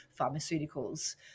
pharmaceuticals